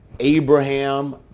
Abraham